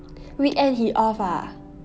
weekend he off ah